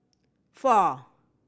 four